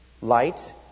light